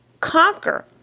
conquer